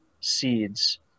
seeds